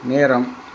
நேரம்